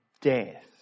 Death